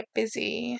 busy